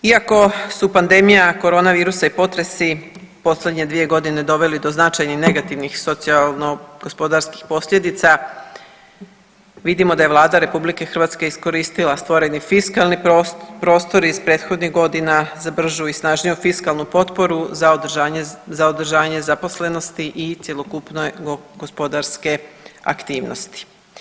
Iako su pandemija korona virusa i potresi u posljednje dvije godine doveli do značajnih negativnih socijalno gospodarskih posljedica vidimo da je Vlada RH iskoristila stvoreni fiskalni prostor iz prethodnih godina za bržu i snažniju fiskalnu potporu za održanje zaposlenosti i cjelokupne gospodarske aktivnosti.